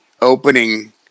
opening